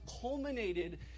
culminated